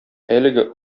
әлеге